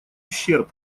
ущерб